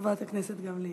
חברת הכנסת גמליאל.